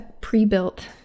pre-built